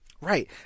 right